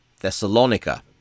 Thessalonica